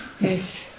Yes